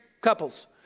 couples